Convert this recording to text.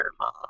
mom